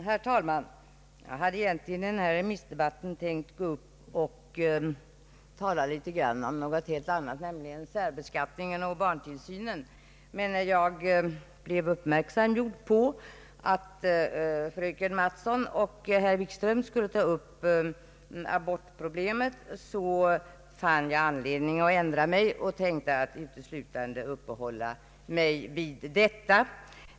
Herr talman! Jag hade i den här remissdebatten egentligen tänkt tala om något helt annat, nämligen särbeskattningen och barntillsynen, men när jag blev uppmärksamgjord på att fröken Mattson och herr Wikström skulle ta upp abortproblemet, fann jag anledning att ändra mig och ämnar uteslutande uppehålla mig vid detta.